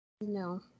No